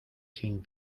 sin